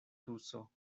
tuso